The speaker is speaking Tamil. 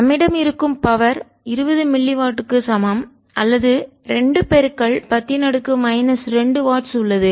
நம்மிடம் இருக்கும் பவர்சக்தி 20 மில்லி வாட்க்கு சமம் அல்லது 210மைனஸ் 2 வாட்ஸ் உள்ளது